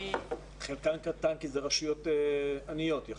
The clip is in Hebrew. חלקן קטן כי זה רשויות עניות יחסית.